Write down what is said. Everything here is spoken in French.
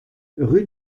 rue